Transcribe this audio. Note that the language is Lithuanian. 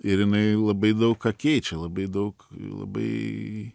ir jinai labai daug ką keičia labai daug labai